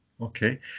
Okay